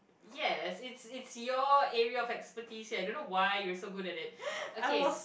yes it's it's your area of expertise here I don't know why you're so good at it okay